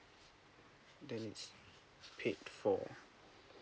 that needs pick for